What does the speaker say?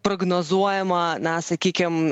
prognozuojama na sakykime